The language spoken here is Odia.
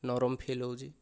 ନରମ ଫିଲ୍ ହେଉଛି